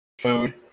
Food